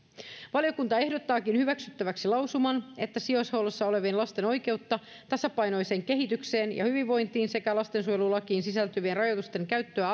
valiokunta ehdottaakin hyväksyttäväksi lausuman että sijaishuollossa olevien lasten oikeutta tasapainoiseen kehitykseen ja hyvinvointiin sekä lastensuojelulakiin sisältyvien rajoitusten käyttöä